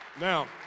Now